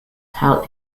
held